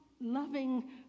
loving